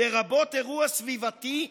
לרבות אירוע סביבתי,